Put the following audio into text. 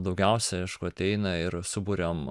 daugiausiai aišku ateina ir suburiam